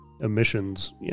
emissions